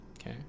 okay